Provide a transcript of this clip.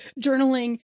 journaling